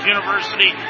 University